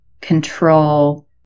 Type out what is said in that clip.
control